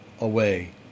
away